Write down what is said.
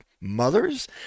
mothers